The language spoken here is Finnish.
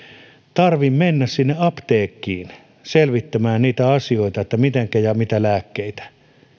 tarvitse mennä sinne apteekkiin selvittämään niitä asioita että mitenkä ja mitä lääkkeitä